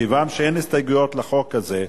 כיוון שאין הסתייגויות לחוק הזה,